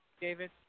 David